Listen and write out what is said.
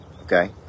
okay